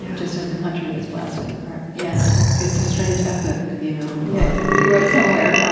just as the country was blasted apart yeah it's a strange epic you know you wrote, somewhere,